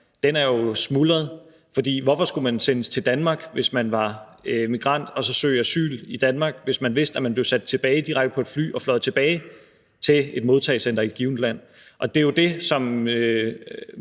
Danmark smuldret, for hvorfor skulle man sendes til Danmark, hvis man var migrant, og så søge asyl i Danmark, hvis man vidste, at man blev sat direkte tilbage på et fly og fløjet tilbage til et modtagecenter i et givet land? Det er jo det, som